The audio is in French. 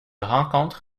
rencontre